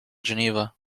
geneva